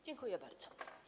Dziękuję bardzo.